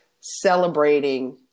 celebrating